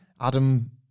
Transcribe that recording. Adam